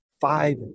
five